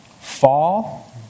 fall